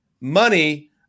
Money